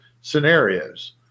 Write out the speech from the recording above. scenarios